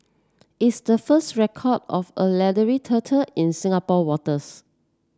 is the first record of a leathery turtle in Singapore waters